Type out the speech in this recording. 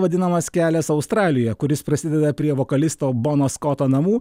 vadinamas kelias australijoje kuris prasideda prie vokalisto bono skoto namų